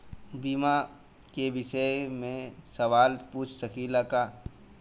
बीमा के विषय मे सवाल पूछ सकीलाजा?